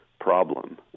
problem